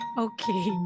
okay